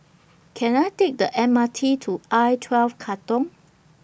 Can I Take The M R T to I twelve Katong